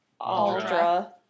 Aldra